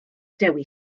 dewi